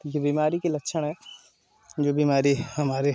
जो बीमारी के लक्षण है तो बीमारी हमारे